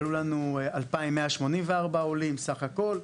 אז עלו 2,184 עולים בסך-הכול.